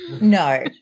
no